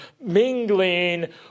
mingling